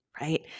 right